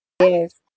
I have